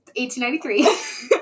1893